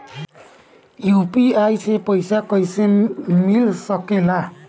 UPI से पइसा कईसे मिल सके ला?